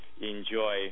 Enjoy